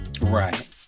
right